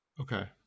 okay